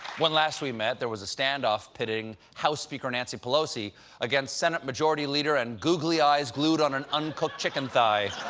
when last we met, there was a standoff pitting house speaker nancy pelosi against senate majority leader and googley eyes glued on an uncooked chicken thigh,